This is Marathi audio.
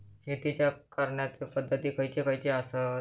शेतीच्या करण्याचे पध्दती खैचे खैचे आसत?